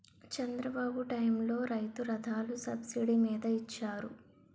చంద్రబాబు టైములో రైతు రథాలు సబ్సిడీ మీద ఇచ్చారు